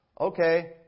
okay